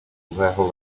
druhého